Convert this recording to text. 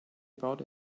about